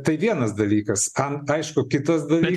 tai vienas dalykas kam aišku kitas dalykas